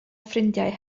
ffrindiau